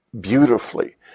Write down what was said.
beautifully